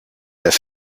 avait